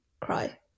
cry